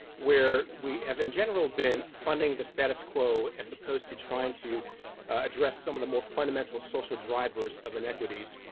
where we have in general been funding the status quo as opposed to trying to address some of the more fundamental social drivers of inequities.